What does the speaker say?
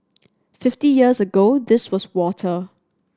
fifty years ago this was water